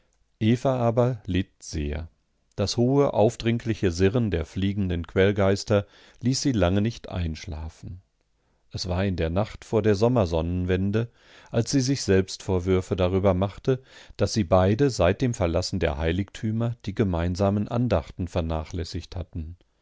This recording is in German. eva aber litt sehr das hohe aufdringliche sirren der fliegenden quälgeister ließ sie lange nicht einschlafen es war in der nacht vor der sommersonnenwende als sie sich selbstvorwürfe darüber machte daß sie beide seit dem verlassen der heiligtümer die gemeinsamen andachten vernachlässigt hatten